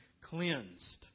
cleansed